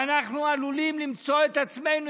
ואנחנו עלולים למצוא את עצמנו,